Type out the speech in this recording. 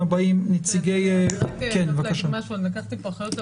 אני לקחתי פה אחריות,